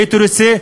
והייתי רוצה,